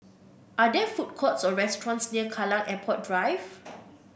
are there food courts or restaurants near Kallang Airport Drive